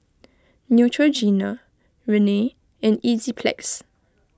Neutrogena Rene and Enzyplex